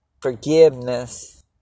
forgiveness